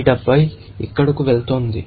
ఈ 70 ఇక్కడకు వెళ్తోంది